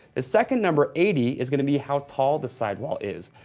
the second number, eighty, is gonna be how tall the sidewall is.